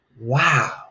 Wow